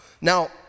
Now